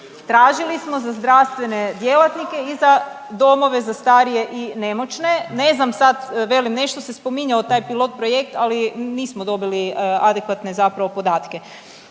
tražili smo za zdravstvene djelatnike i za domove za starije i nemoćne, ne znam sad, velim, nešto se spominjao taj pilot projekt, ali nismo dobili adekvatne zapravo podatke.